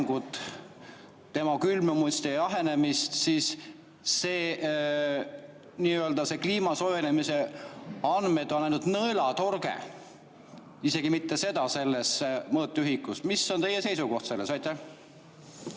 tema külmumist ja jahenemist, siis kliima soojenemise andmed on ainult nõelatorge, isegi mitte seda selles mõõtühikus. Mis on teie seisukoht? Siin